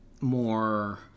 more